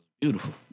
beautiful